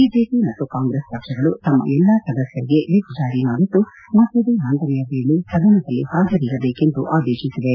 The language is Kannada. ಬಿಜೆಪಿ ಹಾಗೂ ಕಾಂಗ್ರೆಸ್ ಪಕ್ಷಗಳು ತಮ್ಮ ಎಲ್ಲಾ ಸದಸ್ದರಿಗೆ ವಿಪ್ ಜಾರಿ ಮಾಡಿದ್ದು ಮಸೂದೆ ಮಂಡನೆಯ ವೇಳೆ ಸದನದಲ್ಲಿ ಹಾಜರಿರಬೇಕೆಂದು ಆದೇಶಿಸಿವೆ